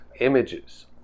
images